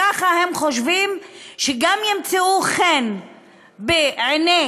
ככה הם חושבים שגם ימצאו חן בעיני,